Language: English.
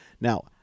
Now